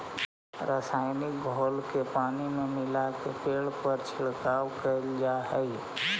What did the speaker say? रसायनिक घोल के पानी में मिलाके पेड़ पर छिड़काव कैल जा हई